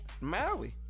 Maui